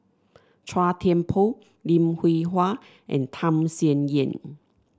Chua Thian Poh Lim Hwee Hua and Tham Sien Yen